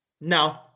No